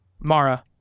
Mara